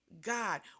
God